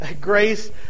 grace